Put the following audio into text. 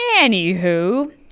anywho